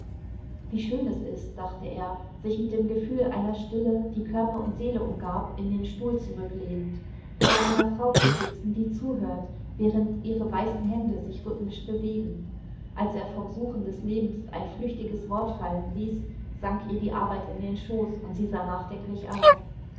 wie schön es ist dachte er sich mit dem gefühl einer stille die körper und seele umgab in den stuhl zurücklehnend vor einer frau zu sitzen die zuhört während ihre weißen hände sich rhythmisch bewegen als er vom suchen des lebens ein flüchtiges wort fallen ließ sank ihr die arbeit in den schoß und sie sah nachdenklich auf